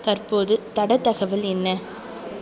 தற்போது தட தகவல் என்ன